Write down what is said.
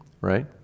right